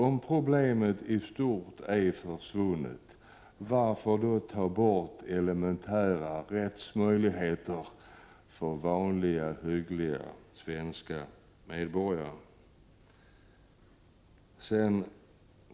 Om problemet i stort är försvunnet, varför då ta bort elementära rättsmöjligheter för vanliga hyggliga svenska medborgare?